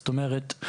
זאת אומרת,